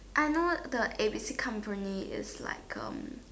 I know the A B C company is like um